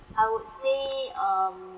I would say um